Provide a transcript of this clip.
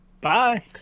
Bye